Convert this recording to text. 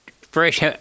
fresh